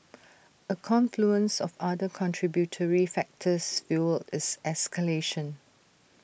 A confluence of other contributory factors fuelled its escalation